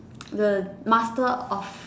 the master of